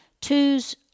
twos